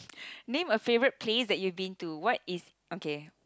name a favourite place that you've been to what is okay